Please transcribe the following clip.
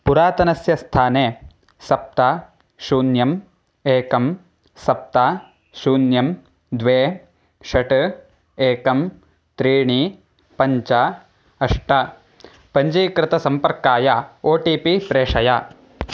पुरातनस्य स्थाने सप्त शून्यम् एकं सप्त शून्यं द्वे षट् एकं त्रीणि पञ्च अष्ट पञ्जीकृतसम्पर्काय ओ टी पी प्रेषय